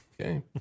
Okay